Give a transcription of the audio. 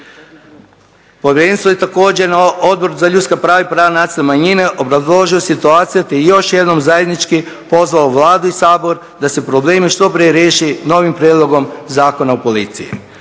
Povjerenstvo je također na Odboru za ljudska prava i prava nacionalnih manjina obrazložilo situaciju, te još jednom zajednički pozvao Vladu i Sabor da se problemi što prije riješe novim prijedlogom Zakona o policiji.